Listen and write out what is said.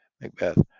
Macbeth